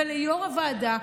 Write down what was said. וליו"ר הוועדה,